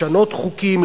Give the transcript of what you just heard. לשנות חוקים,